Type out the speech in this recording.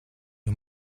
you